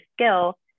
skill